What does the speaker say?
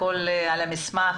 קיבלנו את המסמך.